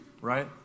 Right